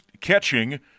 catching